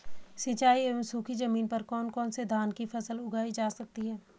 सिंचाई एवं सूखी जमीन पर कौन कौन से धान की फसल उगाई जा सकती है?